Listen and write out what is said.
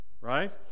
Right